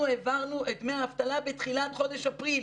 אנחנו העברנו את דמי האבטלה בתחילת חודש אפריל,